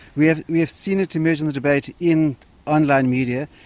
we have we have seen it emerge in the debate in online media,